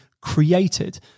created